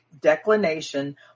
declination